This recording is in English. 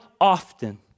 often